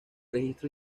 registro